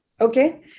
Okay